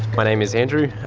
my name is andrew.